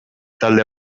talde